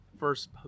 first